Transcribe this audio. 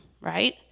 right